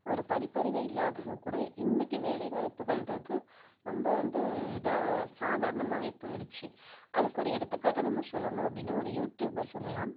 ஒரு படிப்பறிவே இல்லாதவன் கூட இன்றைக்கு வேலைவாய்ப்புகள்ன்றது ரொம்ப வந்து ஒரு இதாக சாதாரணமாகவே போய்டுச்சு அதுக்கு ஒரு எடுத்துக்காட்டாக நம்ம சொல்லணும் அப்படின்னா ஒரு யூடியூபர் சொல்லலாம்